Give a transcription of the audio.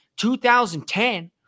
2010